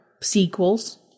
sequels